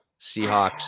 Seahawks